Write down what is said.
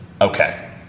okay